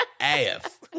ass